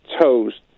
toes